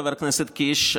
חבר הכנסת קיש,